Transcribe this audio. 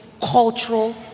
cultural